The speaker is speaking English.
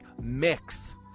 mix